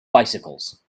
bicycles